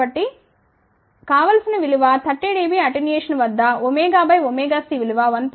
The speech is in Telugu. కాబట్టి కావలసిన విలువ 30 dB అటెన్యుయేషన్ వద్ద బై cవిలువ 1